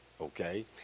okay